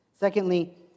Secondly